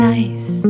Nice